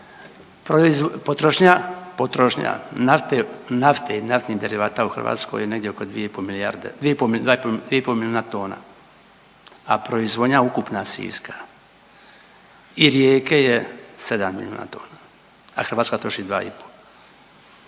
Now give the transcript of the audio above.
potrošnja nafte i naftnih derivata u Hrvatskoj je negdje oko 2,5 milijarde, 2,5 milijuna tona, a proizvodnja ukupna Siska i Rijeke je 7 milijuna tona, a Hrvatska troši 2,5.